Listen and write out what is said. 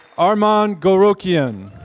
arman golrokhian.